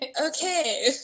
Okay